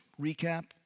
recap